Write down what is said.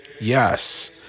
Yes